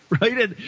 right